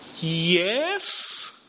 Yes